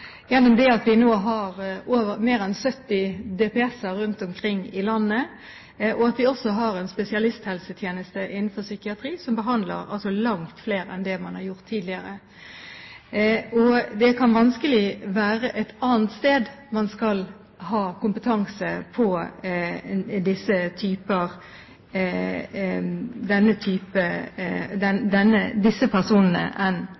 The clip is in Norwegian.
Vi har nå mer enn 70 DPS-er rundt omkring i landet, og vi har også en spesialisthelsetjeneste innenfor psykiatri som behandler langt flere enn det man har gjort tidligere. Det kan vanskelig være et annet sted man skal ha kompetanse på disse personene enn innenfor psykisk helse og innenfor psykiatrien. Institutt for klinisk sexologi har spesialisert seg på denne